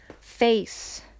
Face